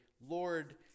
Lord